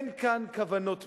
אין כאן כוונות תמימות.